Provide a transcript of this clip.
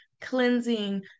cleansing